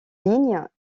ligne